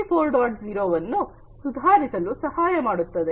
0 ವನ್ನು ಸುಧಾರಿಸಲು ಸಹಾಯಮಾಡುತ್ತದೆ